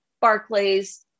Barclays